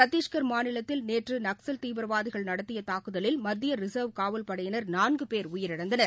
சத்திஷ்கர் மாநிலத்தில் நேற்று நக்ஸல் தீவிரவாதிகள் நடத்திய தூக்குதலில் மத்திய ரிசர்வ் காவல்படையினர் நான்கு பேர் உயிரிழந்தனர்